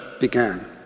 began